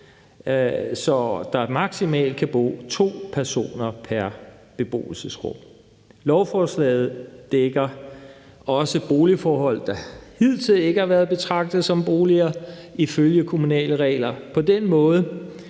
så der maksimalt kan bo to personer pr. beboelsesrum. Lovforslaget dækker også boligforhold, der hidtil ikke har været betragtet som boliger ifølge kommunale regler. På den måde